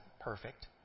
perfect